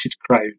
crowd